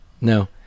No